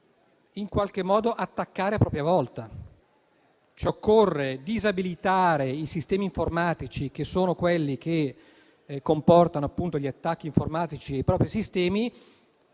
in qualche modo, attaccare a propria volta. Occorre cioè disabilitare i sistemi informatici che comportano gli attacchi informatici ai propri sistemi